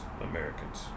Americans